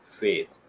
faith